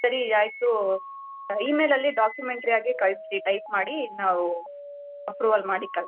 ಸರಿ ಆಯಿತು ಇಮೇಲಲ್ಲಿ ಡಾಕ್ಯುಮೆಂಟ್ರಿ ಆಗಿ ಕಳಿಸಿ ಟೈಪ್ ಮಾಡಿ ನಾವು ಅಪ್ರೂವಲ್ ಮಾಡಿ ಕಳ್ಸಿ